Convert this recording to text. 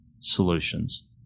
solutions